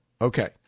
Okay